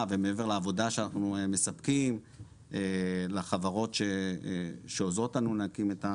ומעבר לעבודה שאנחנו מספקים לחברות שעוזרות לנו להקים את זה